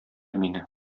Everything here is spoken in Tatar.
мине